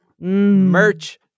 Merch